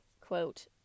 quote